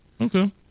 Okay